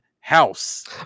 House